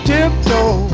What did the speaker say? Tiptoe